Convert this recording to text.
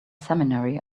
seminary